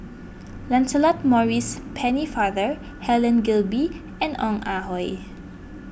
Lancelot Maurice Pennefather Helen Gilbey and Ong Ah Hoi